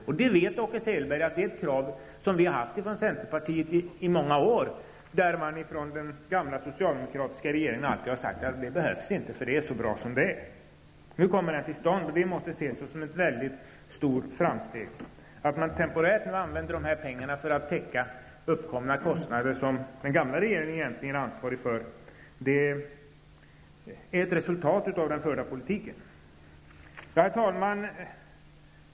Åke Selberg vet att vi från centerpartiet i många år har krävt en sådan utredning och att den socialdemokratiska regeringen alltid har sagt att någon sådan utredning inte behövs, därför att det är bra som det är. Nu kommer utredningen till stånd, och det måste ses som ett stort framsteg. Att man temporärt använder dessa pengar för att täcka uppkomna kostnader som den gamla regeringen egentligen är ansvarig för är ett resultat av den förda politiken. Herr talman!